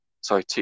Sorry